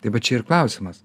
tai bet čia ir klausimas